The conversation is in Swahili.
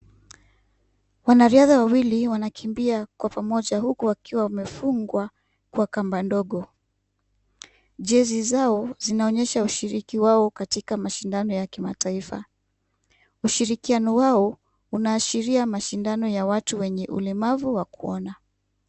Wanariadha wawili wanakimbia kwa pamoja huku wakiwa wamefungwa kwa kamba ndogo. Jezi zao zinaonyesha ushiriki wao katika mashindano ya kimataifa. Ushirikiano wao unaashiria mashindano ya watu wenye ulemavu wa kuona.